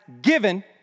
given